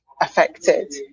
affected